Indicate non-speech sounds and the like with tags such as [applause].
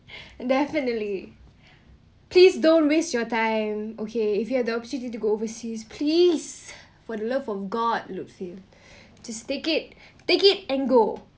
[breath] definitely please don't waste your time okay if you had the opportunity to go overseas please for the love of god lufy [breath] just take it take it and go